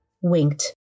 winked